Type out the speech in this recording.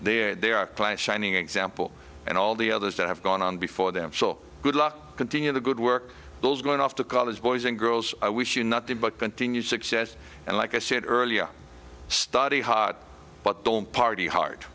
think there are a shining example and all the others that have gone on before them so good luck continue the good work those going off to college boys and girls i wish you nothing but continued success and like i said earlier study hot but don't party hard